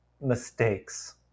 mistakes